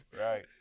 right